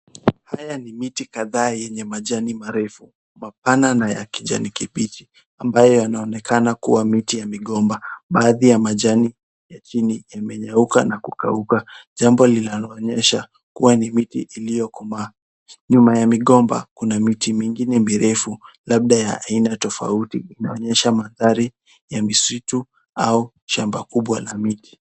Haya ni miti kadhaa yenye majani marefu, mapana na ya kijani kibichi ambayo yanaonekana kuwa miti ya migomba. Baadhi ya majani ya chini yamenyauka na kukauka, jambo linaloonyesha kuwa ni miti iliyokomaa. Nyuma ya migomba kuna miti mingine mirefu labda ya aina tofauti inaonyesha mandhari ya misitu au shamba kubwa la miti.